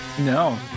No